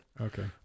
Okay